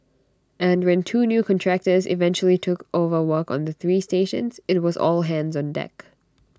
and when two new contractors eventually took over work on the three stations IT was all hands on deck